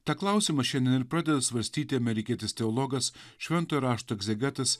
tą klausimą šiandien ir pradeda svarstyti amerikietis teologas šventojo rašto egzegetas